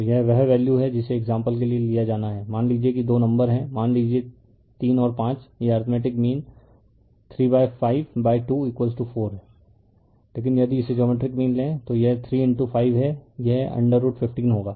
तो यह वह वैल्यू है जिसे एक्साम्पल के लिए लिया जाना है मान लीजिए कि दो नंबर है मान लीजिए 3 और 5 यह अर्थमेटिक मीन 3 बाय 5 बाय 2 4 है लेकिन यदि इसे जियोमेट्रिक मीन लें तो यह 3 5 है यह √15 होगा